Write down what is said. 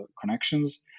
connections